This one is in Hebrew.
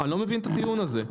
אני לא מבין את הטיעון הזה.